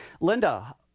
Linda